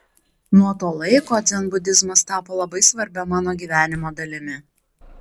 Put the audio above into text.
nuo to laiko dzenbudizmas tapo labai svarbia mano gyvenimo dalimi